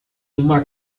uma